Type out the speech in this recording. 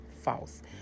false